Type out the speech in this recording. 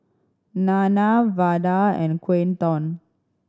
Nana Vada and Quinton